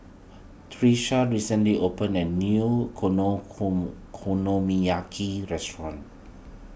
Tisha recently opened a new Konomiyaki restaurant